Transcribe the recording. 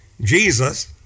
Jesus